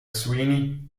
sweeney